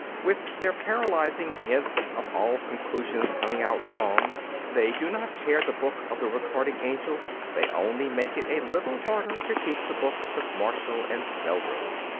with their paralysing hints of all conclusions coming out wrong they do not tear the book of the recording angel they only make it a little harder to keep the books of marshall and snelgrove.